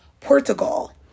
Portugal